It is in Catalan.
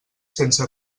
sense